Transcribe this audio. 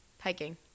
hiking